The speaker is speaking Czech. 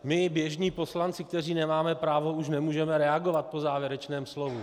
My, běžní poslanci, kteří nemáme právo, už nemůžeme reagovat po závěrečném slově.